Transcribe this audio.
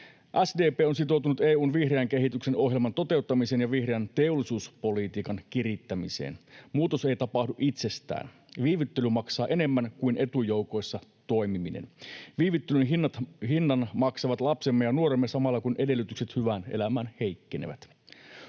SDP on sitoutunut EU:n vihreän kehityksen ohjelman toteuttamiseen ja vihreän teollisuuspolitiikan kirittämiseen. Muutos ei tapahdu itsestään. Viivyttely maksaa enemmän kuin etujoukoissa toimiminen. Viivyttelyn hinnan maksavat lapsemme ja nuoremme samalla kun edellytykset hyvään elämään heikkenevät.